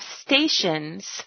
stations